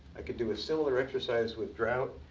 i could do a similar exercise with drought.